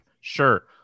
sure